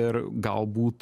ir galbūt